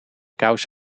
kous